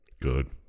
Good